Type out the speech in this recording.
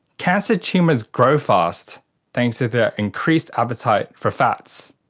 cancer tumours grow fast thanks to their increased appetite for fats.